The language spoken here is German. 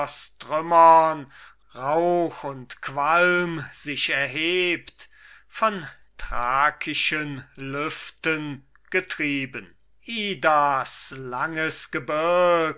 trümmern rauch und qualm sich erhebt von thrakischen lüften getrieben idas langes gebirg